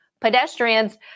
pedestrians